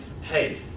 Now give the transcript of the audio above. hey